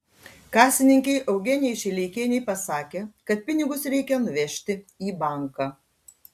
kasininkei eugenijai šileikienei pasakė kad pinigus reikia nuvežti į banką